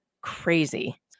crazy